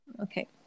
Okay